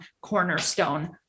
cornerstone